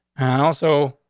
and also,